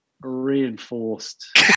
reinforced